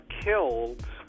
killed